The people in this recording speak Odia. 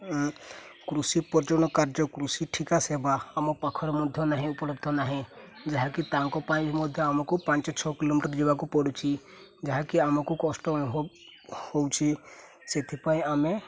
କୃଷି ପର୍ଯ୍ୟନ୍ତ କାର୍ଯ୍ୟ କୃଷି ଠିକା ସେବା ଆମ ପାଖରେ ମଧ୍ୟ ନାହିଁ ଉପଲବ୍ଧ ନାହିଁ ଯାହାକି ତାଙ୍କ ପାଇଁ ବି ମଧ୍ୟ ଆମକୁ ପାଞ୍ଚ ଛଅ କିଲୋମିଟର ଯିବାକୁ ପଡ଼ୁଛି ଯାହାକି ଆମକୁ କଷ୍ଟ ଅନୁଭବ ହେଉଛି ସେଥିପାଇଁ ଆମେ